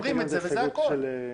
זה הכל.